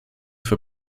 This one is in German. für